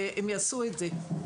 והם יעשו את זה.